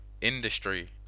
industry